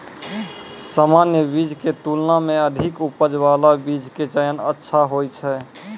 सामान्य बीज के तुलना मॅ अधिक उपज बाला बीज के चयन अच्छा होय छै